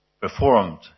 performed